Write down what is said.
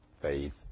faith